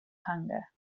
hunger